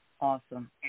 Awesome